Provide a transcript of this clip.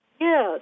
Yes